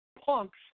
punks